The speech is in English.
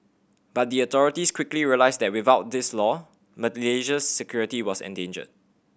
but the authorities quickly realised that without this law Malaysia's security was endangered